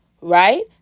Right